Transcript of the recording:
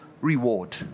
reward